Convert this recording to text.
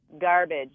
garbage